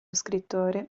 scrittore